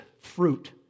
fruit